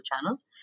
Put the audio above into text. channels